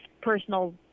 personal